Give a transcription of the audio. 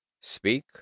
speak